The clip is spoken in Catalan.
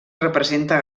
representa